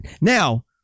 Now